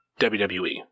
WWE